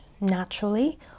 naturally